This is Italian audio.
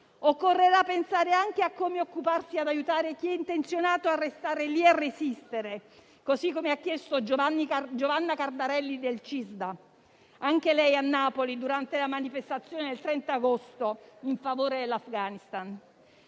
occorrerà pensare anche a come aiutare chi è intenzionato a restare lì e a resistere, così come ha chiesto a Giovanna Cardarelli del CISDA, anche lei a Napoli durante la manifestazione del 30 agosto in favore dell'Afghanistan.